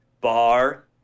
bar